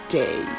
day